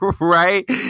right